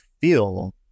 feel